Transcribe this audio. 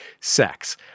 sex